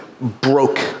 broke